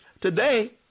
Today